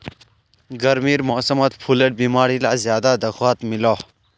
गर्मीर मौसमोत फुलेर बीमारी ला ज्यादा दखवात मिलोह